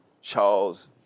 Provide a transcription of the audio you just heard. Charles